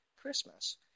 Christmas